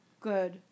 Good